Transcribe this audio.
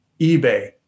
eBay